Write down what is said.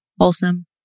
wholesome